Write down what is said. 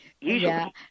usually